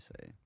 Say